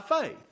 faith